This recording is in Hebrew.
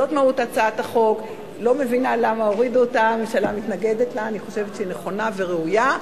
זו מהות הצעת החוק, אני חושבת שהיא נכונה וראויה,